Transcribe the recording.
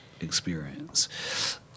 experience